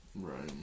right